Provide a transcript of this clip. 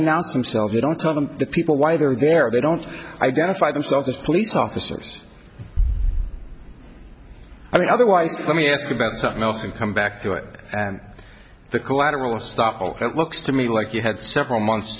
announce themselves they don't tell them the people why they are there they don't identify themselves as police officers i mean otherwise let me ask about something else and come back to it the collateral estoppel it looks to me like you had several months